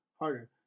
harder